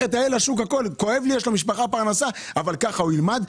ככה הוא ילמד,